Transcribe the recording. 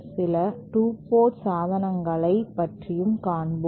சில 2 போர்ட் சாதனங்கள்களை பற்றியும் காண்போம்